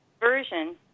version